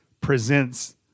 presents